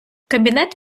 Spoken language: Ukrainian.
кабінет